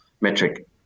metric